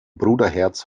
bruderherz